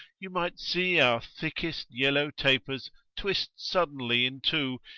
you might see our thickest yellow tapers twist suddenly in two,